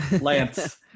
lance